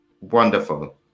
wonderful